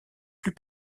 plus